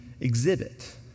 exhibit